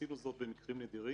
עשינו זאת במקרים נדירים,